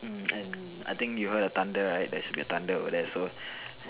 mm and I think you heard a thunder right there should be a thunder over there so